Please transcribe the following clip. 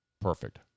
perfect